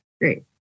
Great